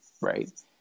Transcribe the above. right